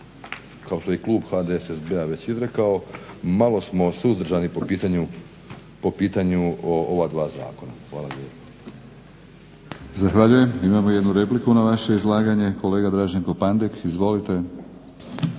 što je i klub HDSSB-a već izrekao malo smo suzdržani po pitanju ova dva zakona. Hvala lijepo. **Batinić, Milorad (HNS)** Zahvaljujem. Imamo i jednu repliku na vaše izlaganje kolega Draženko Pandek, izvolite.